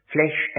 Flesh